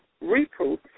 reproof